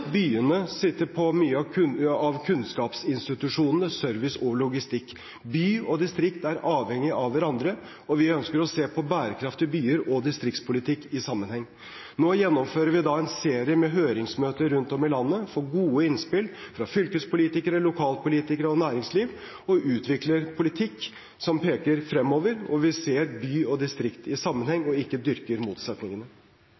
Byene sitter på mye av kunnskapsinstitusjonene, service- og logistikk. By og distrikt er avhengig av hverandre, og vi ønsker å se på bærekraftige byer og distriktspolitikk i sammenheng. Nå gjennomfører vi en serie med høringsmøter rundt om i landet og får gode innspill fra fylkespolitikere, lokalpolitikere og næringsliv og utvikler en politikk som peker fremover, hvor vi ser by og distrikt i sammenheng – og ikke dyrker motsetningene.